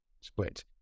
split